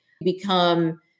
Become